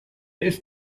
ist